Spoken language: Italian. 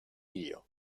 dio